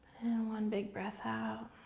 one big breath out.